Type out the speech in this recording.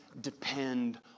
depend